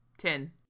Ten